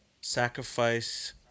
sacrifice